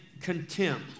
contempt